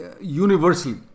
Universally